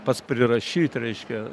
pats prirašyt reiškia